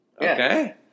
Okay